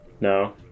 no